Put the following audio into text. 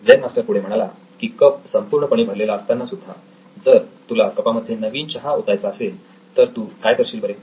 Zen master पुढे म्हणाला की कप संपूर्णपणे भरलेला असताना सुद्धा जर तुला कपामध्ये नवीन चहा ओतायचा असेल तर तू काय करशील बरे